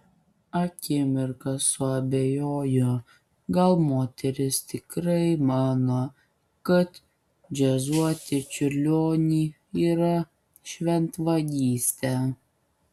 akimirką suabejojo gal moteris tikrai mano kad džiazuoti čiurlionį yra šventvagystė